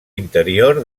interior